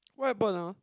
what happened ah